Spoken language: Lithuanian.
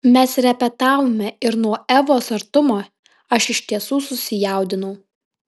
mes repetavome ir nuo evos artumo aš iš tiesų susijaudinau